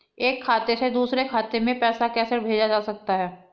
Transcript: एक खाते से दूसरे खाते में पैसा कैसे भेजा जा सकता है?